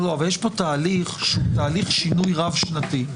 אבל יש פה תהליך שהוא תהליך שינוי רב-שנתי.